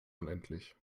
unendlich